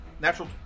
Natural